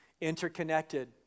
interconnected